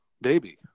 baby